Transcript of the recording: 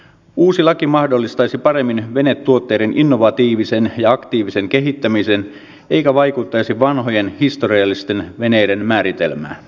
uusi laki mahdollistaisi paremmin venetuotteiden innovatiivisen ja aktiivisen kehittämisen eikä vaikuttaisi vanhojen historiallisten veneiden määritelmään